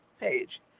page